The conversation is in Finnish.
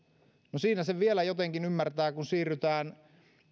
no siinä sen vielä jotenkin ymmärtää kun siirrytään